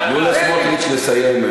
תנו לסמוטריץ לסיים.